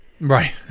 Right